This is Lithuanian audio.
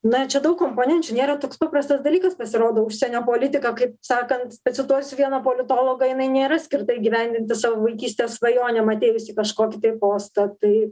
na čia daug komponenčių nėra toks paprastas dalykas pasirodo užsienio politika kaip sakant pacituosiu vieną politologą jinai nėra skirta įgyvendinti savo vaikystės svajonėm atėjus į kažkokį tai postą tai